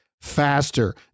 faster